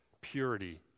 purity